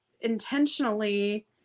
intentionally